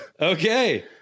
Okay